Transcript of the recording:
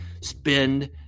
spend